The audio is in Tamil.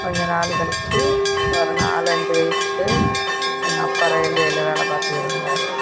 கொஞ்ச நாள் கழிச்சி ஒரு நாலு அஞ்சு வயதுக்கு எங்கள் அப்பா ரயில்வேயில் வேலை பார்த்துக்கிட்டு இருந்தார்